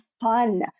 fun